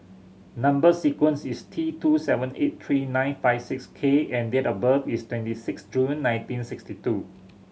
number sequence is T two seven eight three nine five six K and date of birth is twenty six June nineteen sixty two